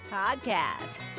podcast